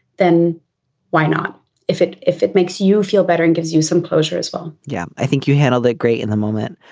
then why not if it if it makes you feel better and gives you some closure as well yeah i think you handled it great in the moment.